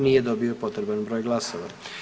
Nije dobio potreban broj glasova.